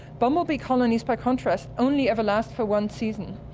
bumblebee colonies, by contrast, only ever last for one season.